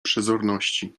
przezorności